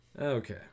Okay